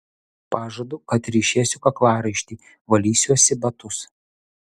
pažadu kad ryšėsiu kaklaraištį valysiuosi batus